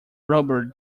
rubber